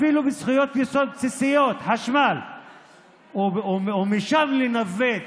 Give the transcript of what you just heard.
אפילו בזכויות יסוד בסיסיות, חשמל, ומשם לנווט